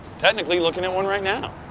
technically looking at one right now.